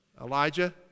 Elijah